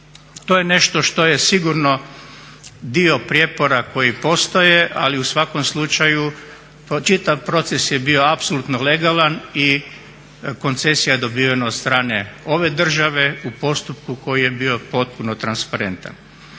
To je nešto što je sigurno dio prijepora koji postoje ali u svakom slučaju čitav proces je bio apsolutno legalan i koncesija je dobivena od strane ove države u postupku koji je bio potpuno transparentan.